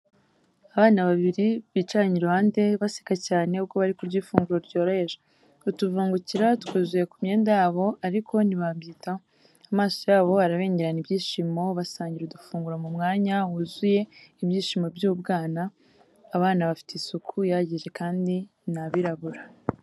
Abana babiri bicaranye iruhande, baseka cyane ubwo bari kurya ifunguro ryoroheje. Utuvungukira twuzuye ku myenda yabo ariko ntibabyitaho. Amaso yabo arabengerana ibyishimo, basangira udufunguro mu mwanya wuzuye ibyishimo by’ubwana. Abana bafite isuku ihagije kandi ni abirabura.